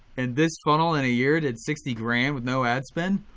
and this funnel in a year did sixty grand with no ads spend.